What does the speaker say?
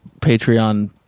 Patreon